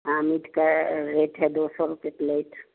हाँ मीट का रेट है दो सौ रुपये प्लेट